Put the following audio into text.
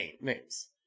names